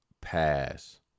pass